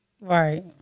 right